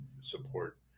support